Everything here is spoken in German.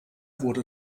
wurde